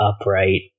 upright